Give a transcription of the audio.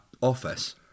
office